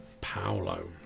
Paolo